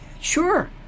Sure